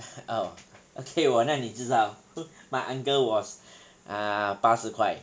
oh okay 我让你知道 my uncle was err 八十块